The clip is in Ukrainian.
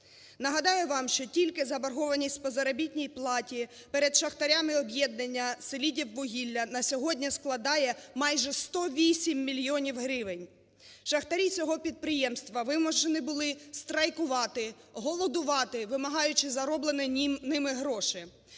Нагадаю вам, що тільки заборгованість по заробітній платі перед шахтарями об'єднання "Селидіввугілля" на сьогодні складає майже 108 мільйонів гривень. Шахтарі цього підприємства вимушені були страйкувати, голодувати, вимагаючи зароблені ними гроші.